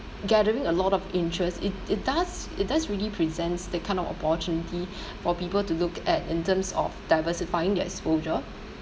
gathering a lot of interest it it does it does really presents the kind of opportunity for people to look at in terms of diversifying their exposure